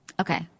Okay